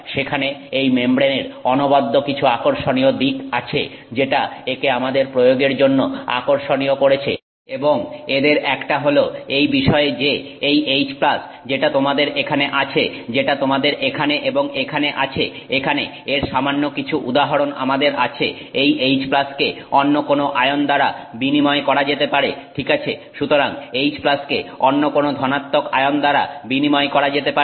সেখানে এই মেমব্রেনের অন্যান্য কিছু আকর্ষণীয় দিক আছে যেটা একে আমাদের প্রয়োগের জন্য আকর্ষণীয় করেছে এবং এদের একটা হল এই বিষয়ে যে এই H যেটা তোমাদের এখানে আছে যেটা তোমাদের এখানে এবং এখানে আছে এখানে এর সামান্য কিছু উদাহরণ আমাদের আছে এই H কে অন্য কোন আয়ন দ্বারা বিনিময় করা যেতে পারে ঠিক আছে সুতরাং H কে অন্য কোন ধনাত্মক আয়ন দ্বারা বিনিময় করা যেতে পারে